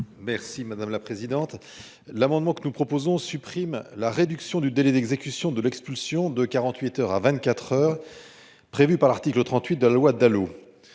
Merci madame la présidente. L'amendement que nous proposons supprime la réduction du délai d'exécution de l'expulsion de 48 heures à 24h. Prévues par l'article 38 de la loi Dalo.